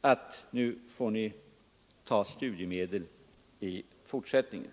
att nu får ni ta studiemedel i fortsättningen.